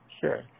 Sure